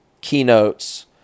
keynotes